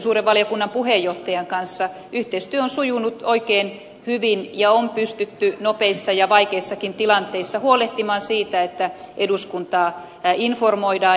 suuren valiokunnan puheenjohtajan kanssa yhteistyö on sujunut oikein hyvin ja on pystytty nopeissa ja vaikeissakin tilanteissa huolehtimaan siitä että eduskuntaa informoidaan